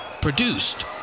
produced